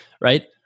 right